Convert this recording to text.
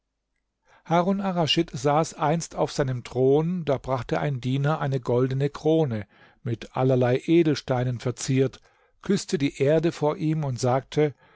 arraschid saß einst auf seinem thron da brachte ein diener eine goldene krone mit allerlei edelsteinen verziert küßte die erde vor ihm und sagte